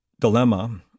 dilemma